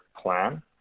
plan